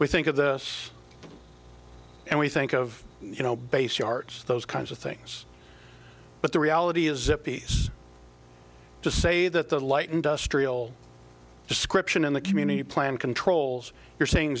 we think of this and we think of you know based arts those kinds of things but the reality is that these to say that the light industrial description in the community plan controls you're saying